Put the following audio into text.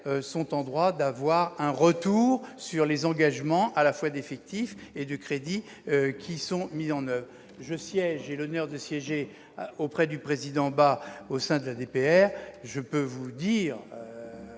sont en droit de recevoir un retour sur les engagements d'effectifs et de crédits mis en oeuvre. J'ai l'honneur de siéger, auprès du président Bas, au sein de la DPR. Je peux vous dire,